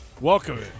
welcome